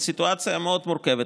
סיטואציה מאוד מורכבת,